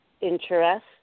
interest